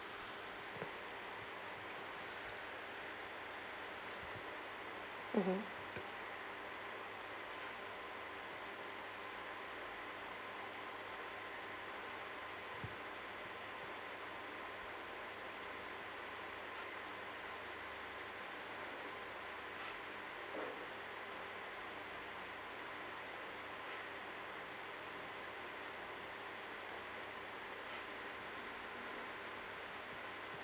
mmhmm